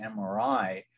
MRI